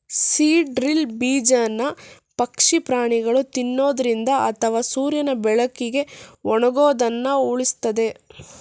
seed drill ಬೀಜನ ಪಕ್ಷಿ ಪ್ರಾಣಿಗಳು ತಿನ್ನೊದ್ರಿಂದ ಅಥವಾ ಸೂರ್ಯನ ಬೆಳಕಿಗೆ ಒಣಗೋದನ್ನ ಉಳಿಸ್ತದೆ